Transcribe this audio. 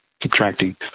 subtracting